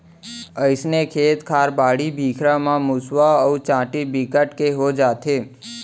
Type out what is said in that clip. अइसने खेत खार, बाड़ी बखरी म मुसवा अउ चाटी बिकट के हो जाथे